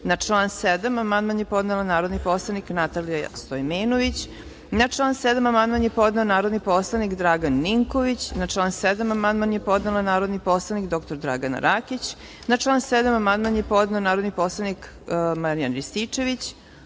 član 7. amandman je podnela narodni poslanik Natalija Stojmenović. Na član 7. amandman je podneo narodni poslanik Dragan Ninković. Na član 7. amandman je podnela narodni poslanik dr Dragana Rakić. Na član 7. amandman je podneo narodni poslanik Marijan Rističević. Ne